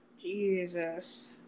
jesus